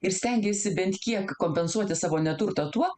ir stengėsi bent kiek kompensuoti savo neturtą tuo